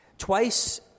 Twice